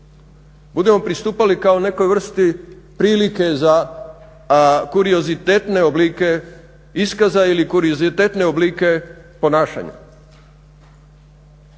budemo pristupali kao nekoj vrsti prilike za kuriozitetne oblike iskaza ili kuriozitetne oblike ponašanja.